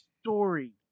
story